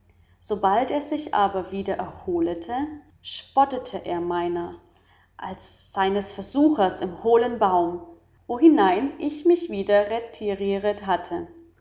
sobald er sich aber wieder erholete spottete er mei ner als seines versuchers im hohlen baum wohinein ich mich wieder retirieret hatte